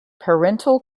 parental